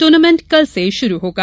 tournament कल से शुरू होगा